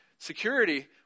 Security